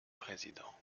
président